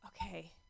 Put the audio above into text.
Okay